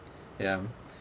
ya um